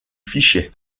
fichier